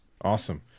awesome